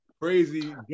Crazy